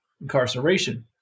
incarceration